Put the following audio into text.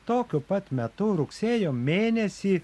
tokiu pat metu rugsėjo mėnesį